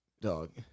Dog